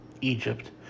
Egypt